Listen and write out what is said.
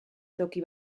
toki